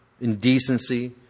indecency